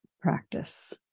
practice